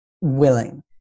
willing